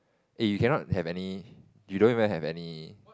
eh you cannot have any you don't even have any